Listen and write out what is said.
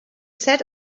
sat